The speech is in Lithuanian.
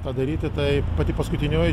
padaryti tai pati paskutinioji